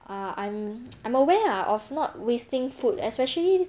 uh I'm I'm aware ah of not wasting food especially